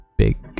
big